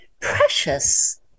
precious